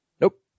Nope